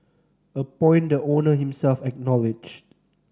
a point the owner himself acknowledged